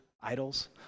idols